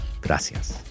Gracias